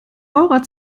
eurer